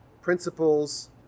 principles